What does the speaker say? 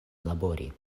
labori